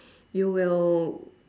you will